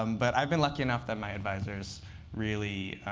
um but i've been lucky enough that my advisors really